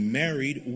married